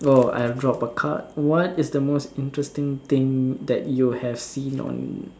oh I drop a card what is the most interesting thing that you have seen on